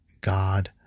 God